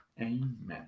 Amen